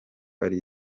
ari